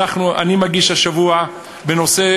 אני מגיש השבוע בנושא